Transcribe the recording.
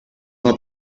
una